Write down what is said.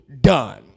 done